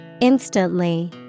Instantly